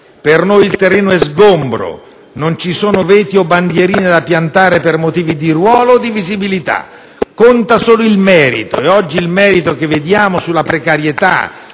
Per noi il terreno è sgombro. Non ci sono veti o bandierine da piantare per motivi di ruolo o di visibilità, conta solo il merito e oggi il merito che vediamo sulla precarietà,